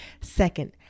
Second